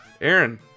Aaron